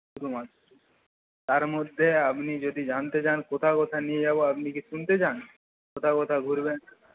তার মধ্যে আপনি যদি জানতে চান কোথায় কোথায় নিয়ে যাব আপনি কি শুনতে চান কোথায় কোথায় ঘুরবেন